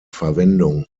verwendung